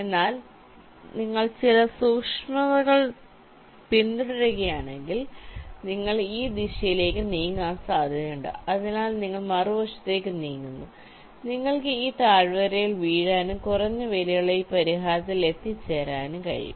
എന്നാൽ നിങ്ങൾ ചില സൂക്ഷ്മതകൾ പിന്തുടരുകയാണെങ്കിൽ നിങ്ങൾ ഈ ദിശയിലേക്ക് നീങ്ങാൻ സാധ്യതയുണ്ട് അതിനാൽ നിങ്ങൾ മറുവശത്തേക്ക് നീങ്ങുന്നു നിങ്ങൾക്ക് ഈ താഴ്വരയിൽ വീഴാനും കുറഞ്ഞ വിലയുള്ള ഈ പരിഹാരത്തിൽ എത്തിച്ചേരാനും കഴിയും